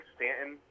Stanton